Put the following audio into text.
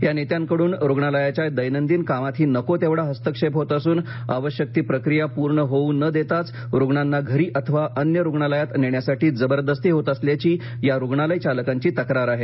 या नेत्यांकडून रुग्णालयाच्या दैनंदिन कामातही नको तेवढा हस्तक्षेप होत असून आवश्यक ती प्रक्रिया पूर्ण होऊ न देताच रुग्णांना घरी अथवा अन्य रुग्णालयात नेण्यासाठी जबरदस्ती होत असल्याची या रुग्णालय चालकांची तक्रार आहे